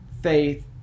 faith